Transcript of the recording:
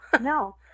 No